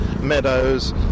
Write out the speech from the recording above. meadows